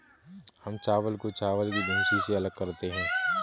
हम चावल को चावल की भूसी से अलग करते हैं